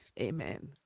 amen